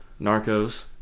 Narcos